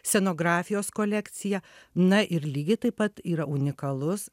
scenografijos kolekciją na ir lygiai taip pat yra unikalus